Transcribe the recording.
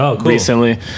recently